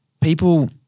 People